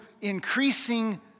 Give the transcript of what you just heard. increasing